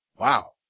Wow